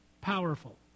powerful